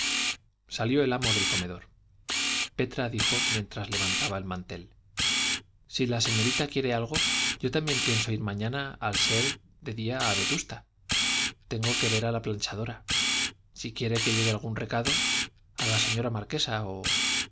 salió el amo del comedor petra dijo mientras levantaba el mantel si la señorita quiere algo yo también pienso ir mañana al ser de día a vetusta tengo que ver a la planchadora si quiere que lleve algún recado a la señora marquesa o